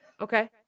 okay